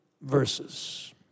verses